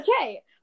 Okay